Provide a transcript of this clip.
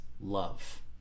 love